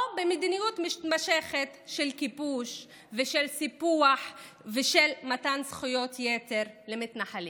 או במדיניות מתמשכת של כיבוש ושל סיפוח ושל מתן זכויות יתר למתנחלים.